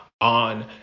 on